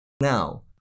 Now